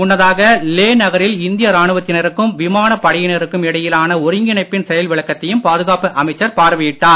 முன்னதாக லே நகரில் இந்திய ராணுவத்தினருக்கும் விமானப் படையினருக்கும் இடையிலான ஒருங்கிணைப்பின் செயல் விளக்கத்தையும் பாதுகாப்பு அமைச்சர் பார்வையிட்டார்